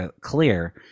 clear